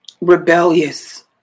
rebellious